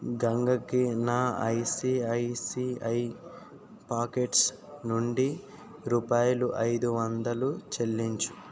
గంగకి నా ICICI pockets నుండి రూపాయలు ఐదు వందలు చెల్లించు